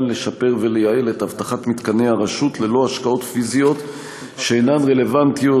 לשפר ולייעל את אבטחת מתקני הרשות ללא השקעות פיזיות שאינן רלוונטיות,